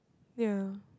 ya